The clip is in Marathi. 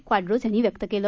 क्वाड्रोज यांनी व्यक्त केलं